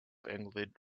england